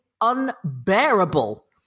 unbearable